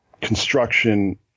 construction